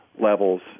levels